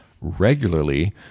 regularly